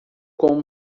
com